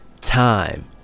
time